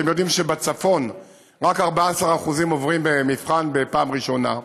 אתם יודעים שבצפון רק 14% עוברים מבחן בפעם ראשונה,